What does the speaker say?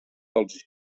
dels